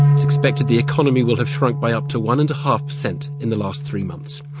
it's expected the economy will have shrunk by up to one and a half per cent in the last three months.